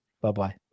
Bye-bye